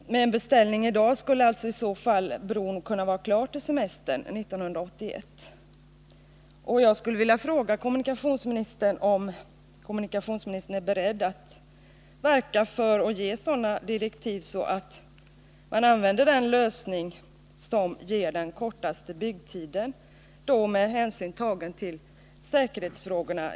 Med en beställning i dag skulle alltså i så fall bron kunna vara klar till semestern 1981. Jag skulle vilja fråga kommunikationsministern om kommunikationsministern är beredd att verka för att ge sådana direktiv att man använder den lösning som ger den kortaste byggtiden och givetvis med hänsyn tagen till säkerhetsfrågorna.